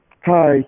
Hi